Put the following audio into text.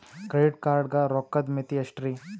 Credit card ಗ ರೋಕ್ಕದ್ ಮಿತಿ ಎಷ್ಟ್ರಿ?